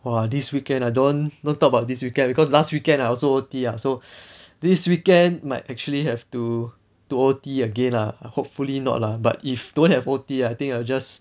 !wah! this weekend ah don't don't talk about this weekend because last weekend I also O_T ah so this weekend might actually have to to O_T again lah hopefully not lah but if don't have O_T I think I will just